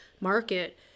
market